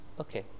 Okay